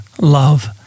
love